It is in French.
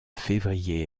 février